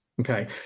okay